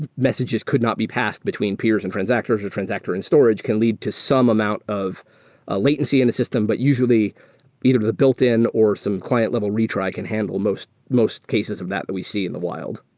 messages could not be passed between peers and transactors or transactor in storage can lead to some amount of ah latency in a system, but usually either the built-in or some client level retry can handle most most cases of that that we see in the wild.